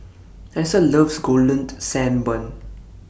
Allyssa loves Golden Sand Bun